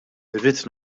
irrid